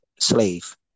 slave